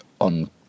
on